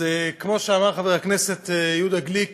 אז כמו שאמר חבר הכנסת יהודה גליק,